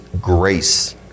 grace